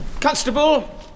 Constable